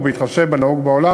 ובהתחשב בנהוג בעולם,